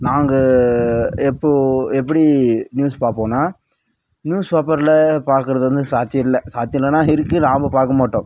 நாங்கள் எப்போது எப்படி நியூஸ் பார்ப்போன்னா நியூஸ் பேப்பரில் பார்க்கறது வந்து சாத்தியம் இல்லை சாத்தியம் இல்லைனா இருக்குது நாம்ம பார்க்க மாட்டோம்